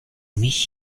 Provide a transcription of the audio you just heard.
mich